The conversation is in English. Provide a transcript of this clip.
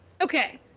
Okay